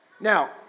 Now